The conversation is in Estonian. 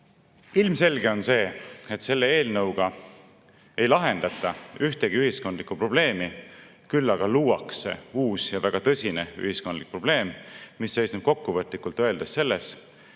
on see, et selle eelnõuga ei lahendata ühtegi ühiskondlikku probleemi, küll aga luuakse uus ja väga tõsine ühiskondlik probleem, mis seisneb kokkuvõtlikult öeldes selles, et